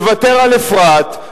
לוותר על אפרת,